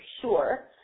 sure